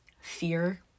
fear